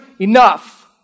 enough